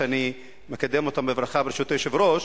ואני מקדם אותם בברכה ברשות היושב-ראש,